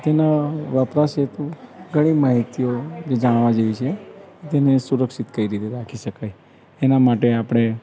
તેના વપરાશ હેતુ ઘણી માહિતીઓ એ જાણવા જેવી છે તેને સુરક્ષિત કઈ રીતે રાખી શકાય એના માટે આપણે